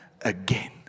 again